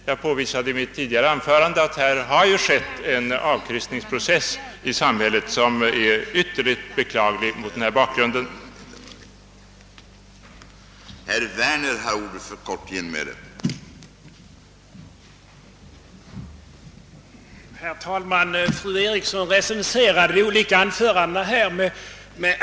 Jag påvisade i mitt tidigare anförande att det har skett en avkristningsprocess i samhället, vilken mot den angivna bakgrunden är ytterligt beklaglig.